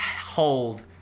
hold